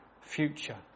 future